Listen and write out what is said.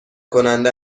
کننده